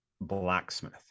blacksmith